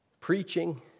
preaching